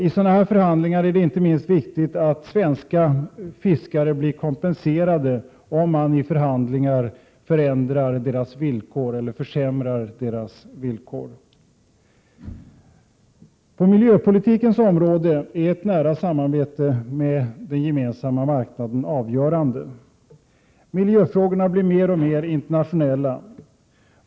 I sådana förhandlingar är det inte minst viktigt att svenska fiskare blir kompenserade, om resultatet blir att deras villkor försämras. På miljöpolitikens område är ett nära samarbete med den gemensamma marknaden avgörande. Miljöfrågorna blir mer och mer internationella.